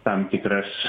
tam tikras